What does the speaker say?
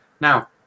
Now